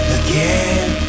again